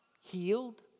healed